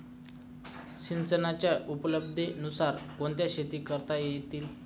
सिंचनाच्या उपलब्धतेनुसार कोणत्या शेती करता येतील?